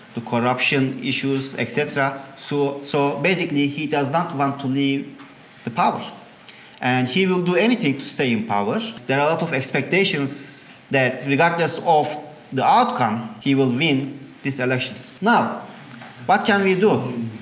the corruption issues, et cetera. so so basically he does not want to leave the power and he will do anything to stay in power. there are a lot of expectations that regardless of the outcome, he will win i mean these elections. now what can we do?